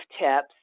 tips